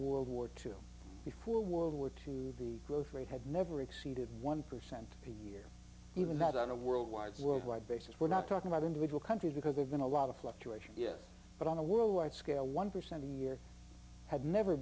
world war two before world war two the growth rate had never exceeded one percent a year even that on a worldwide worldwide basis we're not talking about individual countries because there's been a lot of fluctuation yes but on a worldwide scale one percent a year had never